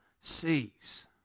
sees